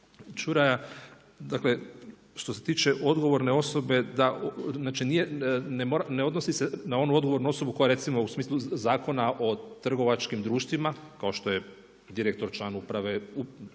Čuraja, dakle što se tiče odgovorne osobe da, znači ne odnosi se na onu odgovornu osobu koja recimo u smislu Zakona o trgovačkim društvima kao što je direktor, član uprave,